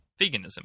veganism